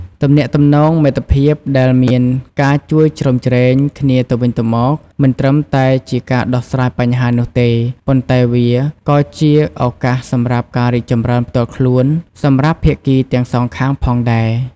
ទំនាក់ទំនងមិត្តភាពដែលមានការជួយជ្រោមជ្រែងគ្នាទៅវិញទៅមក មិនត្រឹមតែជាការដោះស្រាយបញ្ហានោះទេ ប៉ុន្តែវាក៏ជា ឱកាសសម្រាប់ការរីកចម្រើនផ្ទាល់ខ្លួន សម្រាប់ភាគីទាំងសងខាងផងដែរ។